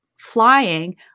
Flying